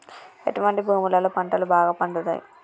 ఎటువంటి భూములలో పంటలు బాగా పండుతయ్?